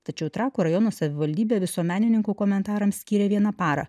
tačiau trakų rajono savivaldybė visuomenininkų komentarams skyrė vieną parą